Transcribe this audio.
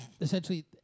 Essentially